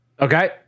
Okay